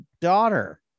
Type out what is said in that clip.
Daughter